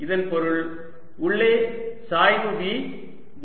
இதன் பொருள் உள்ளே சாய்வு V 0 ஆக இருக்க வேண்டும்